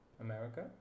America